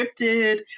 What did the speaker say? scripted